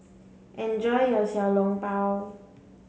enjoy your Xiao Long Bao